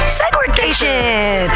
segregation